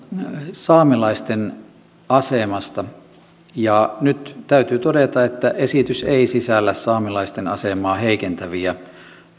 saamelaisten asemasta nyt täytyy todeta että esitys ei sisällä saamelaisten asemaa heikentäviä